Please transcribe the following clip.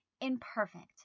imperfect